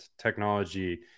technology